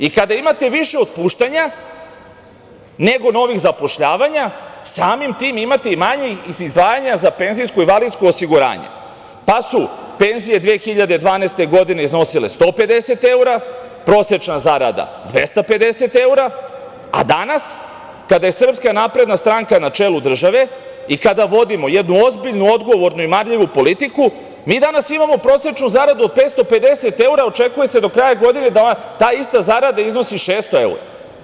I kada imate više otpuštanja nego novih zapošljavanja, samim tim imate i manja izdvajanja za penzijsko i invalidsko osiguranje, pa su penzije 2012. godine iznosile 150 evra, prosečna zarada 250 evra, a danas kada je SNS na čelu države i kada vodimo jednu ozbiljnu, odgovornu i marljivu politiku, mi danas imamo prosečnu zaradu od 550 evra, očekuje se do kraja godine da ta ista zarada iznosi 600 evra.